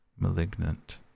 malignant